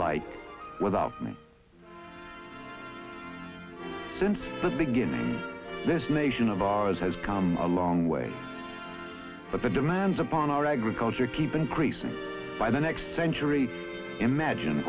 like without me since the beginning of this nation of ours has come a long way but the demands upon our agriculture keep increasing by the next century imagine